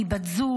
היא בת זוג,